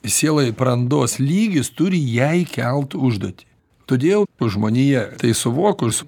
sielai brandos lygis turi jai kelt užduotį todėl žmonija tai suvokus